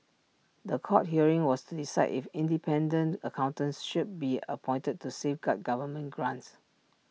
The Court hearing was to decide if independent accountants should be appointed to safeguard government grants